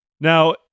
now